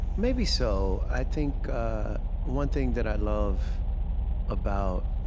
maybe so. i think one thing that i love about